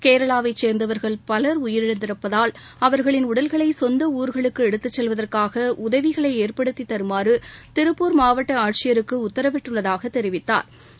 னேளாவை சேர்ந்தவர்கள் பலர் உயிரிழந்திருப்பதால் அவர்களின் உடல்களை சொந்த ஊர்களுக்கு எடுத்து செல்வதற்காக உதவிகளை ஏற்படுத்தி தருமாறு திருப்பூர் மாவட்ட ஆட்சியருக்கு உத்தரவிட்டுள்ளதாக தெரிவித்தா்